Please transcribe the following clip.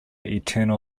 eternal